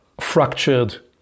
fractured